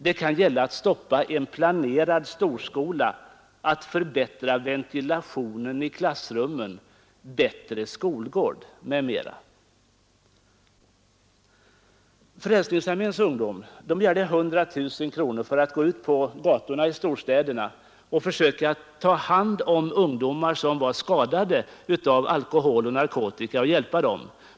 Det kan gälla att stoppa en planerad storskola, att förbättra ventilationen i klassrummen, bättre skolgård m.m. Frälsningsarméns ungdom begärde 100 000 kronor för att gå ut på gatorna i storstäderna och försöka ta hand om ungdomar som var skadade av alkohol och narkotika och hjälpa dem.